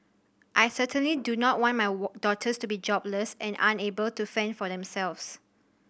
I certainly do not want my daughters to be jobless and unable to fend for themselves